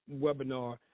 webinar